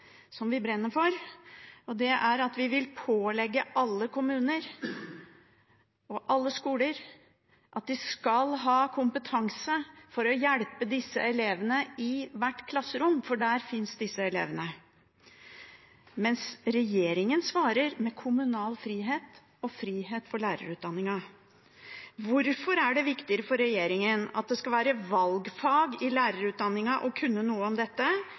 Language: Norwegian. vi brenner for, og det er at vi vil pålegge alle kommuner og alle skoler at de skal ha kompetanse for å hjelpe disse elevene i hvert klasserom, for der finnes disse elevene. Regjeringen svarer med kommunal frihet og frihet for lærerutdanningen. Hvorfor er det viktigere for regjeringen at det skal være valgfag i lærerutdanningen å kunne noe om dette,